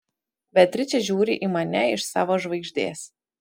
beatričė žiūri į mane iš savo žvaigždės